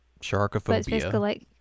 Sharkophobia